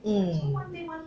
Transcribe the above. mm